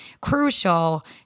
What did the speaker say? crucial